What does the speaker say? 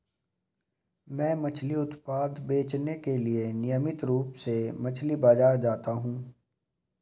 मैं मछली उत्पाद बेचने के लिए नियमित रूप से मछली बाजार जाता हूं